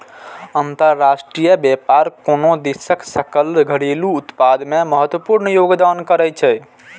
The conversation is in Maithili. अंतरराष्ट्रीय व्यापार कोनो देशक सकल घरेलू उत्पाद मे महत्वपूर्ण योगदान करै छै